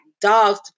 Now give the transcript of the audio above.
dogs